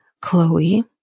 Chloe